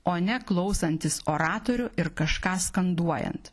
o ne klausantis oratorių ir kažką skanduojant